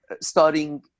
starting